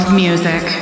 music